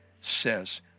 says